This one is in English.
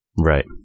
Right